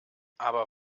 aber